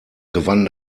gewann